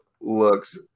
looks